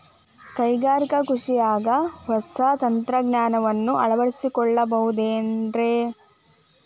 ಕೈಗಾರಿಕಾ ಕೃಷಿಯಾಗ ಹೊಸ ತಂತ್ರಜ್ಞಾನವನ್ನ ಅಳವಡಿಸಿಕೊಳ್ಳಬಹುದೇನ್ರೇ?